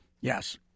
yes